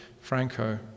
Franco